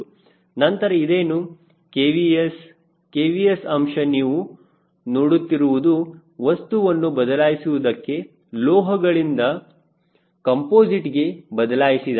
ನಂತರ ಇದೇನು KVS KVS ಅಂಶ ನೀವು ನೋಡುತ್ತಿರುವುದು ವಸ್ತುವನ್ನು ಬದಲಾಯಿಸುವುದಕ್ಕೆ ಲೋಹಗಳಿಂದ ಕಂಪೋಸಿಟ್ಗೆ ಬದಲಾಯಿಸಲಾಗಿದೆ